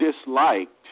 disliked